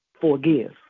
Forgive